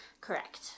Correct